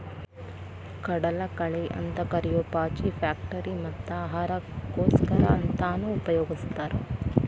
ಕಡಲಕಳೆ ಅಂತ ಕರಿಯೋ ಪಾಚಿ ಫ್ಯಾಕ್ಟರಿ ಮತ್ತ ಆಹಾರಕ್ಕೋಸ್ಕರ ಅಂತಾನೂ ಉಪಯೊಗಸ್ತಾರ